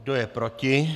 Kdo je proti?